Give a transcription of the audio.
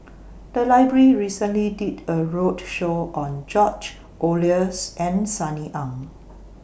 The Library recently did A roadshow on George Oehlers and Sunny Ang